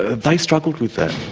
ah they struggled with that,